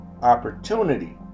opportunity